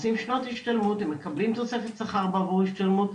הם מקבלים תוספת שכר עבור השתלמות.